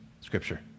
Scripture